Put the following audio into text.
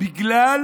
בגלל